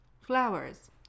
Flowers